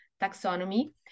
taxonomy